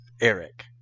Eric